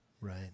right